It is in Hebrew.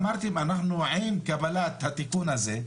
אמרתם אנחנו עם קבלת התיקון הזה,